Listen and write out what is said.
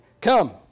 come